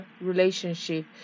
relationship